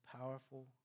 powerful